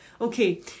Okay